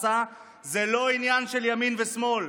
הכנסה זה לא עניין של ימין ושמאל,